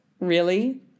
Really